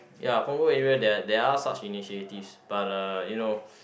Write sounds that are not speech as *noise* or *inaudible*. ya Punggol area there there are such initiatives but uh you know *noise*